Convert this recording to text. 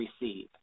receive